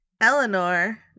Eleanor